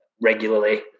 regularly